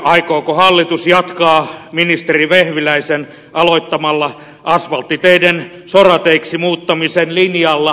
aikooko hallitus jatkaa ministeri vehviläisen aloittamalla asfalttiteiden sorateiksi muuttamisen linjalla